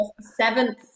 seventh